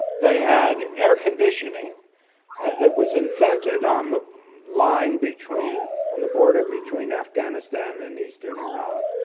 they had air-conditioning that was invented on the line between on the border between afghanistan and easter and iran.